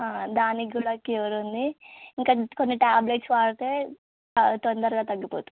దానికి కూడా క్యూర్ ఉంది ఇంకా కొన్ని టాబ్లెట్స్ వాడితే అవి తొందరగా తగ్గిపోతుంది